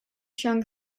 chiang